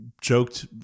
joked